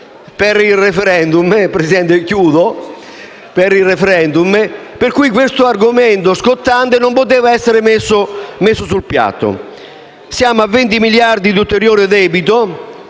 costituzionale, per cui questo argomento scottante non ha potuto essere messo sul piatto. Siamo a 20 miliardi di ulteriore debito.